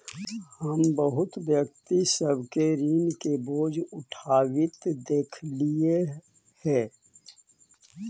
हम बहुत व्यक्ति सब के ऋण के बोझ उठाबित देखलियई हे